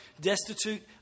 destitute